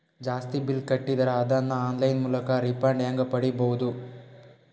ಜಾಸ್ತಿ ಬಿಲ್ ಕಟ್ಟಿದರ ಅದನ್ನ ಆನ್ಲೈನ್ ಮೂಲಕ ರಿಫಂಡ ಹೆಂಗ್ ಪಡಿಬಹುದು?